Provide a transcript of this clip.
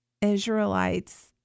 Israelites